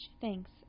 thanks